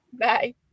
Bye